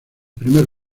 primer